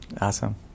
Awesome